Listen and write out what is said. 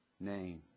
name